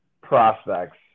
prospects